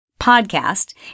podcast